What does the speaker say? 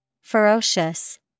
Ferocious